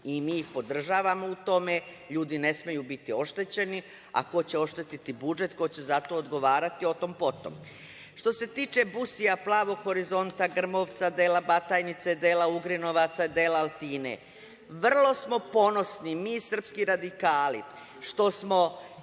i mi ih podržavamo u tome, ljudi ne smeju biti oštećeni, a ko će oštetiti budžet, ko će za to odgovarati o tom potom. Što se tiče Busija, Plavog Horizonta, Grmovca, dela Batajnice, dela Ugrinovaca, dela Altine, vrlo smo ponosni mi srpski radikali što smo